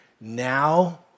now